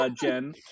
Jen